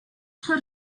her